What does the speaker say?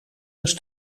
eens